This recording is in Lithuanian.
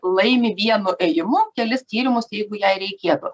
laimi vienu ėjimu kelis tyrimus jeigu jei reikėtų